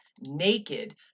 naked